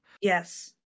Yes